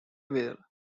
were